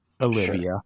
Olivia